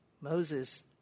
Moses